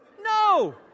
No